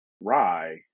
rye